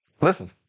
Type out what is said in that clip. listen